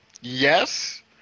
Yes